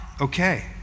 okay